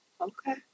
Okay